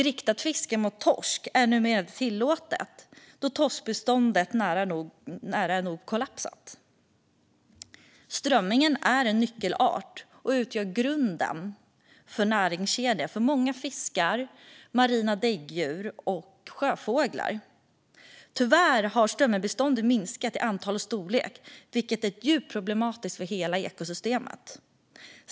Riktat fiske mot torsk är numera inte tillåtet i Östersjön, då torskbeståndet nära nog kollapsat. Strömmingen är en nyckelart och utgör grunden för näringskedjan för många fiskar, marina däggdjur och sjöfåglar. Tyvärr har strömmingsbeståndet minskat i antal och storlek, vilket är djupt problematiskt för hela ekosystemet.